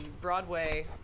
Broadway